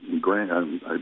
grant